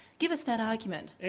give us that argument.